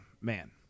man